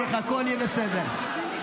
הכול יהיה בסדר.